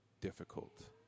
difficult